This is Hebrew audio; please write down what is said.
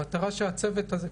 המטרה של הצוות הזה,